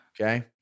Okay